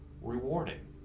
rewarding